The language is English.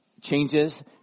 changes